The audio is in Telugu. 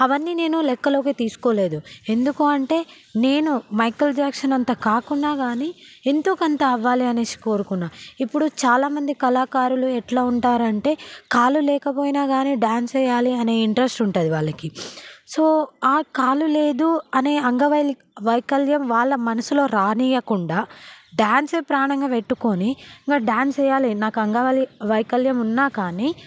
అవన్నీ నేను లెక్కలోకి తీసుకోలేదు ఎందుకంటే నేను మైకల్ జాక్సన్ అంత కాకుండా కానీ ఎంతో కొంత అవ్వాలి అనేసి కోరుకున్న ఇప్పుడు చాలామంది కళాకారులు ఎట్లా ఉంటారు అంటే కాళ్ళు లేకపోయినా గాని డాన్స్ చేయాలి అనే ఇంట్రెస్ట్ ఉంటుంది వాళ్లకి సో ఆ కాళ్ళు లేదు అనే అంగవైకల్యం వాళ్ళ మనసులో రానీయకుండా డాన్సే ప్రాణంగా పెట్టుకొని వ డాన్స్ వేయాలి నాకు అంగవైకల్యం ఉన్నా కానీ